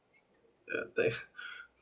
ya thanks